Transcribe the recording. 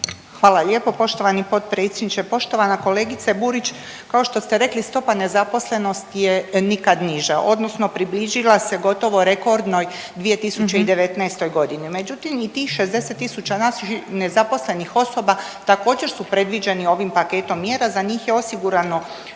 Hvala lijepo poštovani potpredsjedniče. Poštovana kolegice Burić kao što ste rekli stopa nezaposlenosti je nikad niža odnosno približila se gotovo rekordnoj 2019. godini. Međutim i tih 60 tisuća nezaposlenih osoba također su predviđeni ovim paketom mjera. Za njih je osigurano